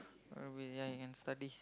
I will young and study